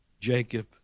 Jacob